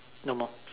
no more